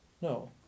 No